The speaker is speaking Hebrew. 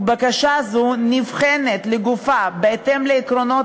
ובקשה זו נבחנת לגופה בהתאם לעקרונות